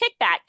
kickback